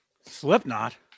Slipknot